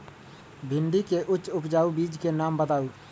भिंडी के उच्च उपजाऊ बीज के नाम बताऊ?